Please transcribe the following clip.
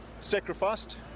sacrificed